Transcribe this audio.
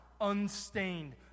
unstained